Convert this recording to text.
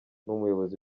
n’umuyobozi